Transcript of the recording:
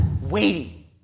weighty